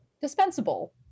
dispensable